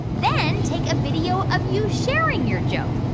then take a video of you sharing your joke.